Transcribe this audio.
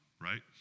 right